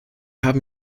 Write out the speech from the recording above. haben